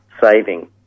saving